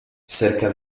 cerca